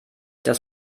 dass